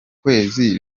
kwezi